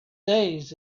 days